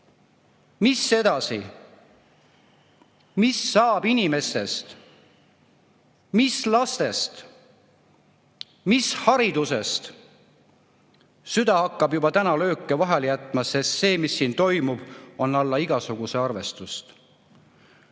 Mis edasi? Mis saab inimestest? Mis lastest? Mis haridusest? Süda hakkab juba täna lööke vahele jätma, sest see, mis siin toimub, on alla igasugust arvestust.